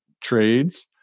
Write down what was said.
trades